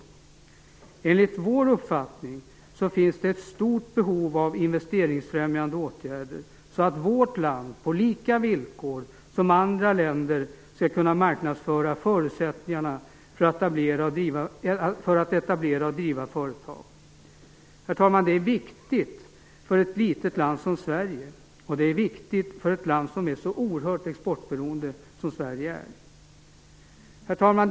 Enligt vår uppfattning finns det ett stort behov av investeringsfrämjande åtgärder så att vårt land på lika villkor som andra länder skall kunna marknadsföra förutsättningarna för att etablera och driva företag. Det är viktigt, herr talman, för ett litet land som Sverige, och det är viktigt för ett land som är så oerhört exportberoende som Sverige är. Herr talman!